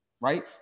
right